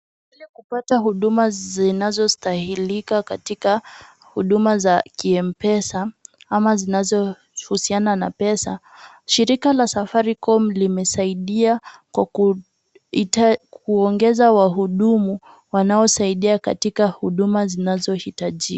Ili kupata huduma zinazostahilika katika huduma za kimpesa ama zinazohusiana na pesa, shirika la safaricom limesaidia kwa kuongeza wahudumu wanaosaidia katika huduma zinazohitajika.